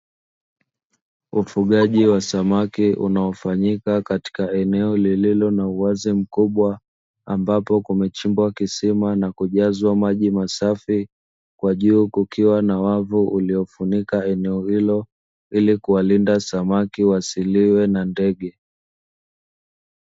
Ufugaji wa samaki unaofanyika katika eneo lililo na uwazi mkubwa ambapo kumechimbwa kisima na kujazwa maji masafi, kwa juu kukiwa na wavu uliofunika eneo hilo ili kuwalinda samaki wasiliwe na ndege.